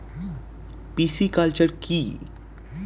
Pisciculture কি?